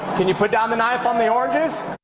when you put down the knife on the orders.